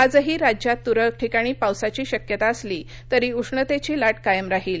आजही राज्यात तुरळक ठिकाणी पावसाची शक्यता असली तरी उष्णतेची लाट कायम राहील